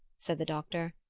said the doctor.